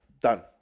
done